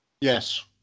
yes